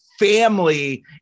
Family